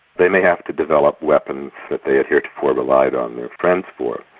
they may have to develop weapons that they had heretofore relied on their friends for.